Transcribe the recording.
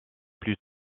plus